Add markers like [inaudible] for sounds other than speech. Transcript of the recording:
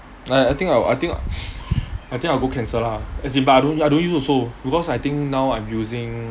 I I think I would [breath] I think I'll go cancel lah as in but I don't use also because I think now I'm using